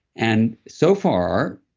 and so far,